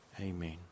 Amen